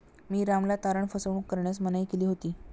मी रामला तारण फसवणूक करण्यास मनाई केली होती